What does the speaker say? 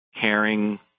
caring